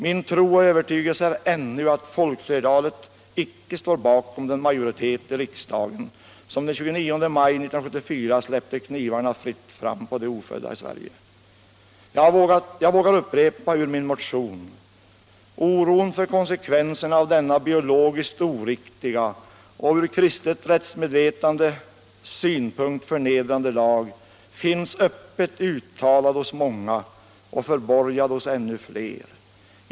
Min tro och övertygelse är ännu att folkflertalet icke står bakom den majoritet i riksdagen som den 29 maj 1974 släppte knivarna fritt fram på de ofödda i Sverige. Jag vågar upprepa ur min motion: ”Oron för konsekvenserna av denna biologiskt oriktiga och ur kristet rättsmedvetandes synpunkt förnedrande lag finns öppet uttalad hos många och förborgad hos ännu fler.